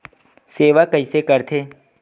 सेवा कइसे करथे?